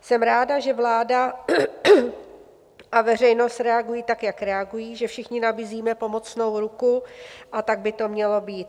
Jsem ráda, že vláda a veřejnost reagují tak, jak reagují, že všichni nabízíme pomocnou ruku, a tak by to mělo být.